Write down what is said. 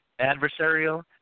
adversarial